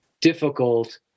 difficult